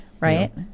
Right